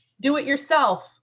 do-it-yourself